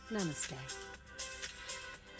Namaste